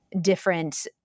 different